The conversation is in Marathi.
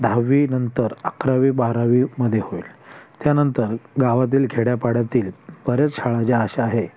दहावीनंतर अकरावी बारावीमध्ये होईल त्यानंतर गावातील खेड्यापाड्यातील बऱ्याच शाळा ज्या अशा आहे